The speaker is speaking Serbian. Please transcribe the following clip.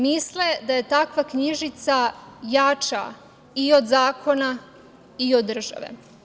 Misle da je takva knjižica jača i od zakona i od države.